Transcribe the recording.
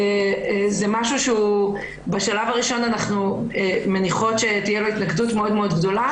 זה משהו שבשלב הראשון אנחנו מניחות שתהיה לו התנגדות מאוד גדולה